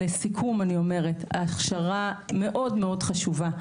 לסיכום, ההכשרה מאוד חשובה.